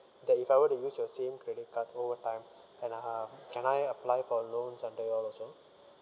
that if I were to use your same credit card over time and uh can I apply for loans under you all also